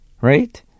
right